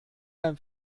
beim